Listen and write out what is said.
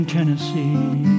Tennessee